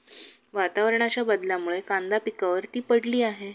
वातावरणाच्या बदलामुळे कांदा पिकावर ती पडली आहे